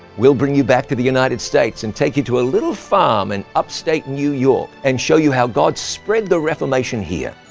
we'll bring you back to the united states and take you to a little farm in and upstate new york, and show you how god spread the reformation here.